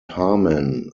harman